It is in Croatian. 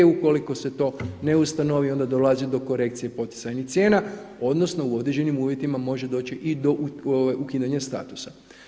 Ukoliko se to ne ustanovi onda dolazi do korekcije poticajnih cijena odnosno u određenim uvjetima može doći i do ukidanja statusa.